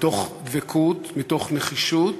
מתוך דבקות, מתוך נחישות